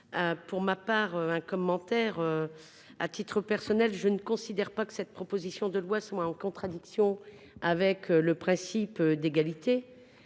sur cet amendement. À titre personnel, je ne considère pas que cette proposition de loi soit en contradiction avec le principe d’égalité.